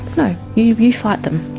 no, you fight them.